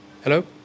Hello